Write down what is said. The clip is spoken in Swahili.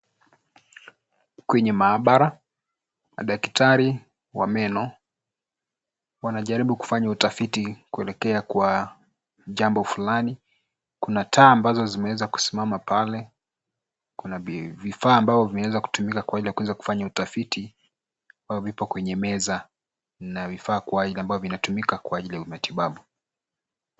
Kwenye maabara, madaktari wa meno wanajaribu kufanya utafiti kuelekea kwa jambo fulani. Kuna taa ambazo zimeweza kusimama pale, kuna vifaa ambavyo vimeweza kutumika kwa ajili ya kuweza kufanya utafiti au vipo kwenye meza na vifaa ambavyo vinatumika kwa ajili ya matibabu.